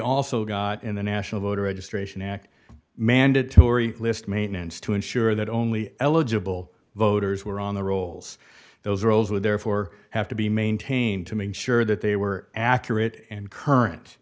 also got in the national voter registration act mandatory list maintenance to ensure that only eligible voters were on the rolls those rolls with therefore have to be maintained to make sure that they were accurate and